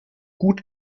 gut